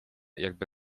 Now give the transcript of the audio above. jakby